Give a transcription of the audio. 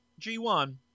G1